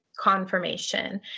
confirmation